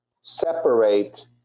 separate